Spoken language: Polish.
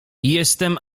jestem